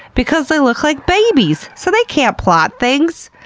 because they look like babies so they can't plot things!